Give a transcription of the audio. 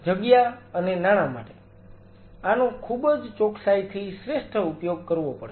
જગ્યા અને નાણા માટે આનો ખુબજ ચોકસાઈથી શ્રેષ્ઠ ઉપયોગ કરવો પડશે